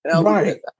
right